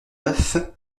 neuf